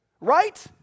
right